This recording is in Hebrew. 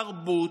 תרבות,